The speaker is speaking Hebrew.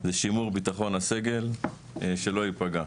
זה שימור ביטחון הסגל שלא יפגע.